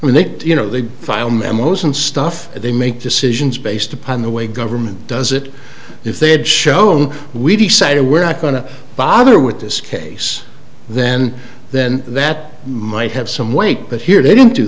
when they you know they file memos and stuff they make decisions based upon the way government does it if they had shown we decided we're not going to bother with this case then then that might have some weight but here they d